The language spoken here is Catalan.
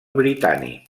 britànic